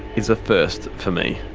is a first for me.